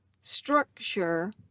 structure